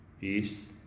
peace